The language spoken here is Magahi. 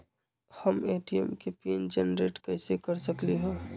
हम ए.टी.एम के पिन जेनेरेट कईसे कर सकली ह?